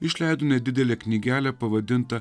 išleido nedidelę knygelę pavadintą